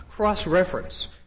cross-reference